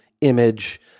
image